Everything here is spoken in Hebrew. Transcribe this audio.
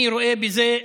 אני רואה בזה,